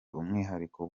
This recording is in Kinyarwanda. umwihariko